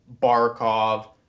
Barkov